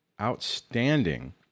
outstanding